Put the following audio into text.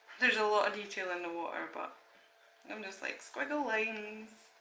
there's a lot of detail in the water but i'm just like squiggle lines!